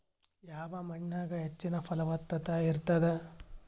ಯಾವ ಮಣ್ಣಾಗ ಹೆಚ್ಚಿನ ಫಲವತ್ತತ ಇರತ್ತಾದ?